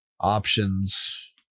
options